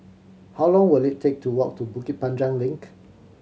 how long will it take to walk to Bukit Panjang Link